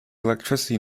electricity